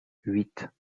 huit